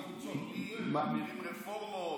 עובדים, מגיעים, מעבירים רפורמות.